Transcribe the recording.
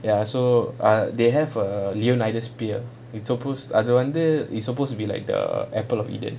ya so uh they have a new united sphere it's supposed I அது வந்து:athu vanthu it's supposed to be like the apple of eden